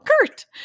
Kurt